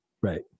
right